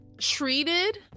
treated